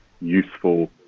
useful